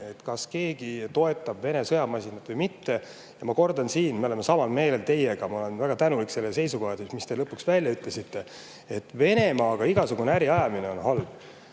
kas keegi toetab Vene sõjamasinat või mitte. Kordan, selles me oleme teiega ühel meelel, ja ma olen väga tänulik selle seisukoha eest, mis te lõpuks välja ütlesite, et Venemaaga igasugune äri ajamine on halb.